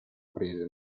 prese